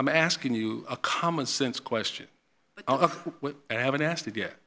i'm asking you a common sense question i haven't asked it yet